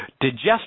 digest